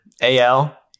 AL